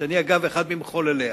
שאני אגב אחד ממחולליה,